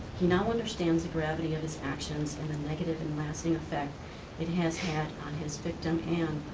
he now understands the gravity of his actions and the negative and lasting effect it has had on his victim and,